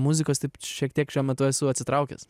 muzikos taip šiek tiek šiuo metu esu atsitraukęs